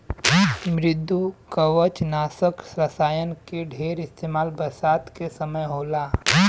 मृदुकवचनाशक रसायन के ढेर इस्तेमाल बरसात के समय होला